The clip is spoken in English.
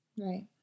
Right